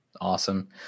awesome